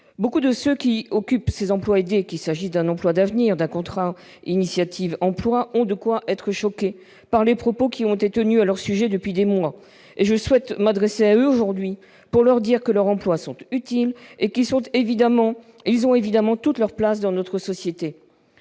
Beaucoup de ceux qui occupent un emploi aidé- emploi d'avenir ou contrat initiative emploi -ont de quoi être choqués par les propos tenus à leur sujet depuis des mois. Je souhaite m'adresser à eux aujourd'hui pour leur dire que leurs emplois sont utiles et qu'ils ont évidemment toute leur place dans notre société.